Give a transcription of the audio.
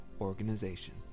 organization